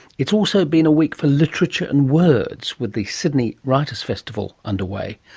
it's also been a week for literature and words, with the sydney writer's festival underway.